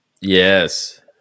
Yes